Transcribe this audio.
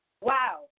Wow